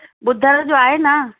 बुधरु जो आहे न